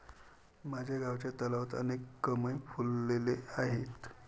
माझ्या गावच्या तलावात अनेक कमळ फुलले आहेत